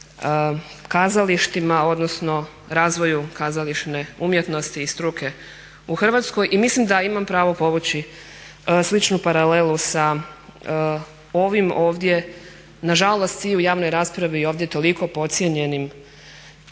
kazalištima odnosno razvoju kazališne umjetnosti i struke u Hrvatskoj. I mislim da imam pravo povući sličnu paralelu sa ovim ovdje, nažalost i u javnoj raspravi i ovdje toliko podcijenjenim